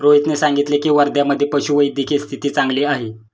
रोहितने सांगितले की, वर्ध्यामधे पशुवैद्यकीय स्थिती चांगली आहे